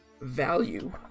value